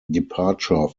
departure